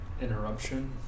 interruption